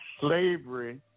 slavery